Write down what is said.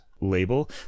label